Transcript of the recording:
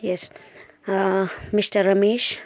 yes mister Ramesh